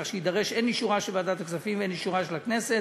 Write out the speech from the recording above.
כך שיידרש הן אישורה של ועדת הכספים והן אישורה של הכנסת,